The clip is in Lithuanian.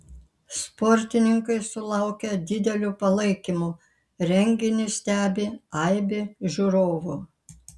sportininkai sulaukia didelio palaikymo renginį stebi aibė žiūrovų